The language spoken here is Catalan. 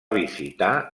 visitar